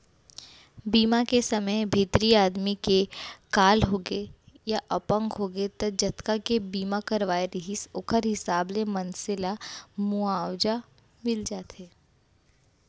बीमा के समे भितरी आदमी के काल होगे या अपंग होगे त जतका के बीमा करवाए रहिथे ओखर हिसाब ले मनसे ल मुवाजा मिल जाथे